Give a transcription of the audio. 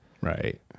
Right